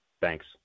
Thanks